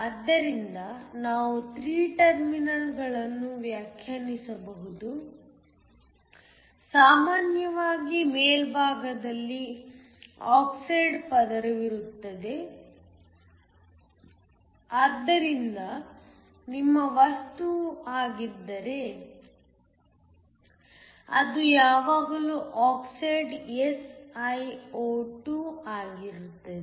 ಆದ್ದರಿಂದ ನಾವು 3 ಟರ್ಮಿನಲ್ಗಳನ್ನು ವ್ಯಾಖ್ಯಾನಿಸಬಹುದು ಸಾಮಾನ್ಯವಾಗಿ ಮೇಲ್ಭಾಗದಲ್ಲಿ ಆಕ್ಸೈಡ್ ಪದರವಿರುತ್ತದೆ ಆದ್ದರಿಂದ ನಿಮ್ಮ ವಸ್ತುವು ಆಗಿದ್ದರೆ ಅದು ಯಾವಾಗಲೂ ಆಕ್ಸೈಡ್ SiO2 ಆಗಿರುತ್ತದೆ